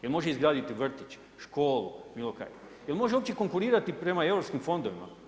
Jel može izgraditi vrtić, školu bilo kaj, jel može uopće konkurirati prema europskim fondovima?